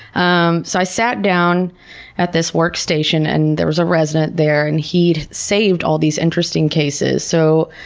um so i sat down at this workstation and there was a resident there, and he'd saved all these interesting cases. so,